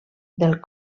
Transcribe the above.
del